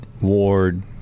Ward